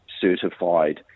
certified